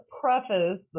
preface